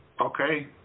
okay